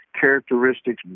characteristics